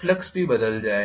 flux भी बदल जाएगा